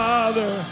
Father